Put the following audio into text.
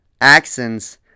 accents